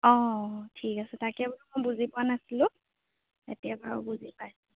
অঁ ঠিক আছে তাকে বোলো মই বুজি পোৱা নাছিলোঁ এতিয়া বাৰু বুজি পাইছোঁ